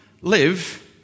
live